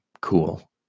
cool